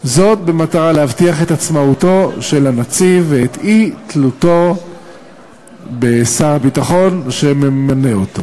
במטרה להבטיח את עצמאותו של הנציב ואת אי-תלותו בשר הביטחון שממנה אותו.